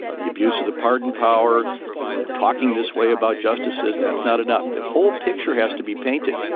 ah the abuse of the pardon power or talking this way about justices, that's not enough. the whole picture has to be painted.